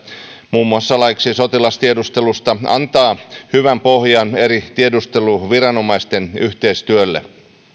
muun muassa laiksi sotilastiedustelusta antavat hyvän pohjan eri tiedusteluviranomaisten yhteistyölle